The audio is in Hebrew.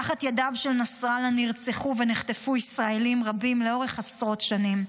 תחת ידיו של נסראללה נרצחו ונחטפו ישראלים רבים לאורך עשרות שנים.